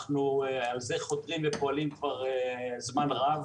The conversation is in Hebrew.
לזה אנחנו חותרים ופועלים כבר זמן רב,